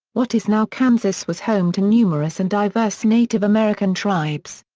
what is now kansas was home to numerous and diverse native american tribes.